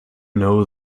know